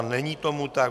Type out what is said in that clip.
Není tomu tak.